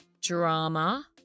drama